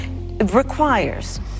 requires